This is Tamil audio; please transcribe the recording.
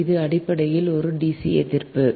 இது அடிப்படையில் ஒரு டிசி எதிர்ப்பு